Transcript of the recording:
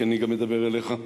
כי אני מדבר גם אליך.